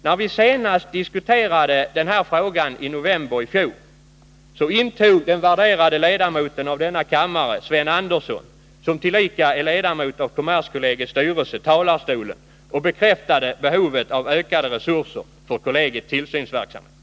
När vi i november i fjol senast diskuterade den här frågan intog den värderade ledamoten av denna kammare Sven Andersson, som tillika är ledamot av kommerskollegiets styrelse, talarstolen och bekräftade behovet av ökade resurser för kollegiets tillsynsverksamhet.